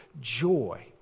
joy